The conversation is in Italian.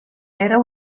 era